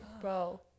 bro